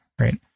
Right